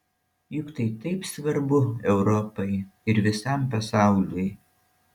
juk tai taip svarbu europai ir visam pasauliui